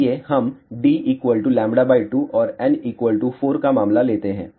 आइए हम d 2और n 4 का मामला लेते हैं